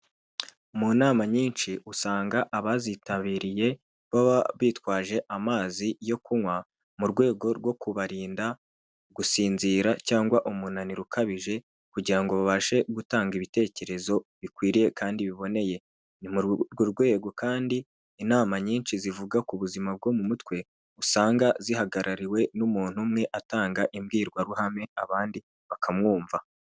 Mu nama nyinshi usanga abazitabiriye baba bitwaje amazi yo kunywa mu rwego rwo kubarinda gusinzira cyangwa umunaniro ukabije kugira ngo babashe gutanga ibitekerezo bikwiriye kandi biboneye ,ni muri urwo rwego kandi inama nyinshi zivuga ku buzima bwo mu mutwe usanga zihagarariwe n'umuntu umwe atanga imbwirwaruhame abandi bakamwumva.